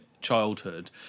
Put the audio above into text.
childhood